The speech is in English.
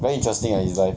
very interesting ah his life